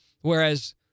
Whereas